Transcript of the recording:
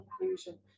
conclusion